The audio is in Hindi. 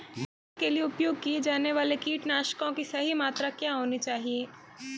दाल के लिए उपयोग किए जाने वाले कीटनाशकों की सही मात्रा क्या होनी चाहिए?